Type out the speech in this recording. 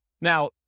Now